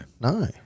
No